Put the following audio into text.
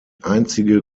einzige